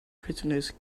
prisoners